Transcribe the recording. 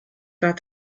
got